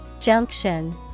junction